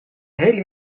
hele